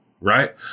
right